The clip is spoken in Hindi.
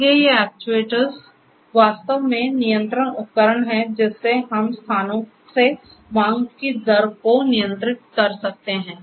इसलिए ये एक्चुएटर वास्तव में नियंत्रण उपकरण हैं जिससे हम स्थानों से मांग की दर को नियंत्रित कर सकते हैं